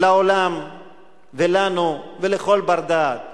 לעולם ולנו ולכל בר-דעת